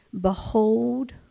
Behold